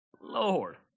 Lord